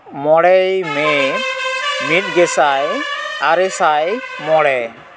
ᱢᱚᱬᱮᱭ ᱢᱮ ᱢᱤᱫ ᱜᱮᱥᱟᱭ ᱟᱨᱮᱥᱟᱭ ᱢᱚᱬᱮ